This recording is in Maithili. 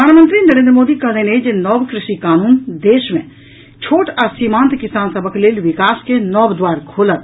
प्रधानमंत्री नरेन्द्र मोदी कहलनि अछि जे नव कृषि कानून देश मे छोट आ सीमांत किसान सभक लेल विकास के नव द्वार खोलत